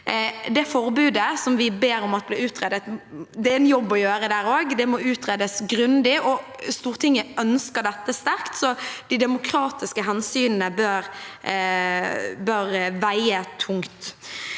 det forbudet vi ber om at blir utredet. Det må utredes grundig, og Stortinget ønsker dette sterkt, så de demokratiske hensynene bør veie tungt.